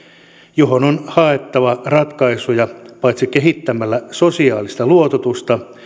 johon on haettava ratkaisuja paitsi kehittämällä sosiaalista luototusta